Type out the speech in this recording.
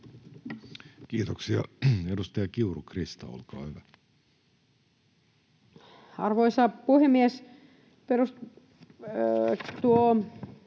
Kiitoksia. — Edustaja Kiuru, Krista, olkaa hyvä. [Speech